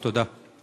תודה.